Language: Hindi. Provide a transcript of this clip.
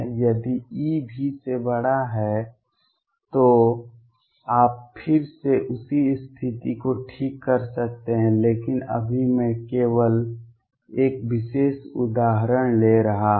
यदि E V से बड़ा है तो आप फिर से उसी स्थिति को ठीक कर सकते हैं लेकिन अभी मैं केवल एक विशेष उदाहरण ले रहा हूं